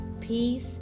peace